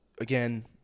again